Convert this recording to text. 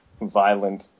violent